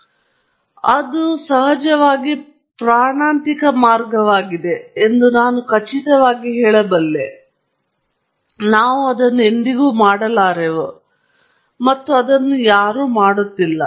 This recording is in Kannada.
ನಿಜಕ್ಕೂ ಅದು ಬಹಳ ಪ್ರಾಣಾಂತಿಕ ಮಾರ್ಗವಾಗಿದೆ ಎಂದು ನಾನು ಖಚಿತವಾಗಿ ಹೇಳುತ್ತೇನೆ ಆದರೆ ನಾವು ಅದನ್ನು ಎಂದಿಗೂ ಮಾಡಲಾರೆವು ಮತ್ತು ನಾವು ಇದನ್ನು ಯಾರೂ ಮಾಡುತ್ತಿಲ್ಲ